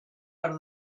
per